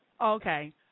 Okay